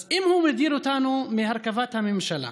אז אם הוא מדיר אותנו מהרכבת הממשלה,